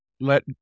let